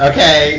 Okay